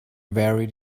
very